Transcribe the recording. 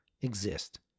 exist